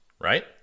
right